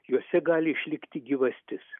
juose gali išlikti gyvastis